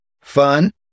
Fun